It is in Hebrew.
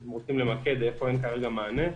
אם רוצים למקד איפה אין כרגע מענה,